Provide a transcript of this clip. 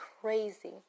crazy